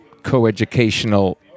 Coeducational